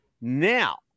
Now